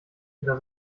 oder